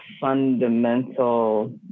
Fundamental